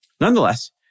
Nonetheless